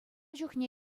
чухне